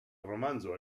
romanzo